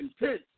intense